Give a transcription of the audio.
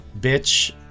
Bitch